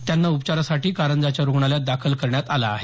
त्यांना उपचारासाठी कारंजाच्या रुग्णालयात दाखल करण्यात आलं आहे